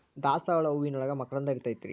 ದಾಸಾಳ ಹೂವಿನೋಳಗ ಮಕರಂದ ಇರ್ತೈತಿ